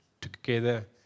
together